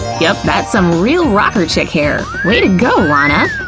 yep, that's some real rocker chick hair. way to go, lana.